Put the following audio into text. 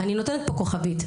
אני נותנת פה כוכבית.